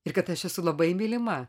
ir kad aš esu labai mylima